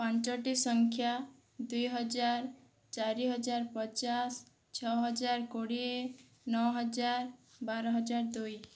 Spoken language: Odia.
ପାଞ୍ଚଟି ସଂଖ୍ୟା ଦୁଇହଜାର ଚାରିହଜାର ପଚାଶ ଛଅହଜାର କୋଡ଼ିଏ ନଅହଜାର ବାରହଜାର ଦୁଇ